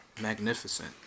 magnificent